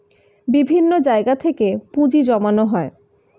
বিভিন্ন জায়গা থেকে পুঁজি জমানো হয়